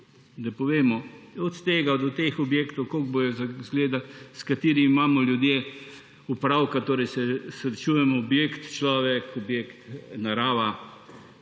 da povemo, od tega, do teh objektov kako bodo izgledali, s katerim imamo ljudje opravka, torej se srečujemo objekt–človek, objekt–narava